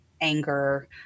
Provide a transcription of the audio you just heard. anger